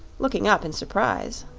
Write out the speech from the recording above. looking up in surprise.